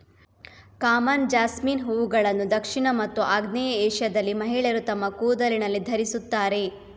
common jasmine ಹೂವುಗಳನ್ನು ದಕ್ಷಿಣ ಮತ್ತು ಆಗ್ನೇಯ ಏಷ್ಯಾದಲ್ಲಿ ಮಹಿಳೆಯರು ತಮ್ಮ ಕೂದಲಿನಲ್ಲಿ ಧರಿಸುತ್ತಾರೆ